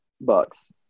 bucks